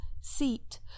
seat